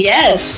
Yes